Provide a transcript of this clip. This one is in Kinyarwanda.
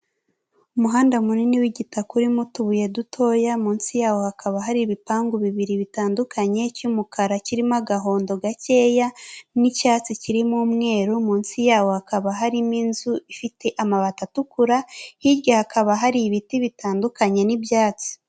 Umuhanda munini w'igitaka urimo utubuye dutoya, munsi yawo hakaba hari ibipangu bibiri bitandukanye, icy'umukara kirimo agahondo gakeya n'icyatsi kirimo umweru, munsi yawo hakaba harimo inzu ifite amabati atukura, hirya hakaba hari ibiti bitandukanye n'ibyatsi.